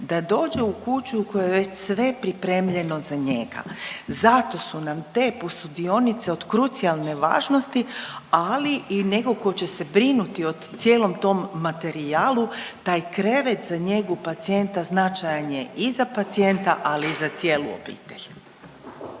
da dođe u kuću u kojoj je sve pripremljeno za njega. Zato su nam te posudionice od krucijalne važnosti, ali i nekog ko će se brinuti o cijelom tom materijalu, taj krevet za njegu pacijenta značajan je i za pacijenta, ali i za cijelu obitelj.